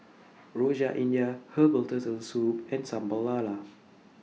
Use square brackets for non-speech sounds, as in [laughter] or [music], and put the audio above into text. Rojak India Herbal Turtle Soup and Sambal Lala [noise]